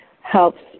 helps